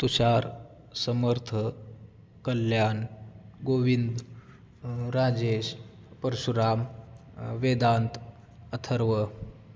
Tushar Samarth Kalyan Govind Rajesh Parshuram Vedant Atharva